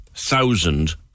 thousand